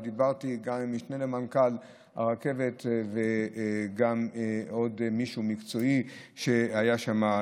ודיברתי גם עם המשנה למנכ"ל הרכבת וגם עם עוד מישהי מקצועית שהייתה שם,